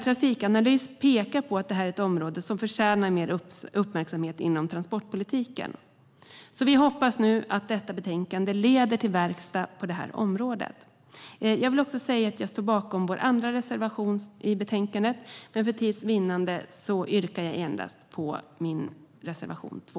Trafikanalys pekar även på att detta är ett område som förtjänar mer uppmärksamhet inom transportpolitiken. Vi hoppas därför att detta betänkande leder till verkstad på detta område. Jag står bakom båda våra reservationer i betänkandet, men för tids vinnande yrkar jag bifall endast till reservation 2.